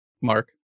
mark